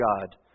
God